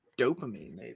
dopamine